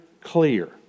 clear